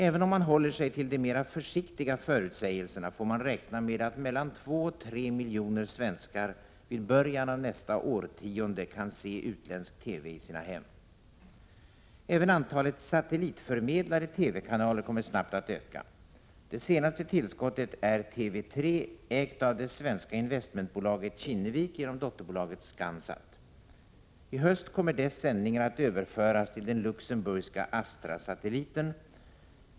Även om man håller sig till de mera försiktiga förutsägelserna får man räkna med att mellan två och tre miljoner svenskar vid början av nästa årtionde kan se utländsk TV i sina hem. Även antalet satellitförmedlade TV-kanaler kommer snabbt att öka. Det senaste tillskottet är TV 3, ägt av det svenska investmentbolaget Kinnevik genom dotterbolaget ScanSat. I höst kommer dess sändningar att överföras till den luxemburgska Astrasatelliten.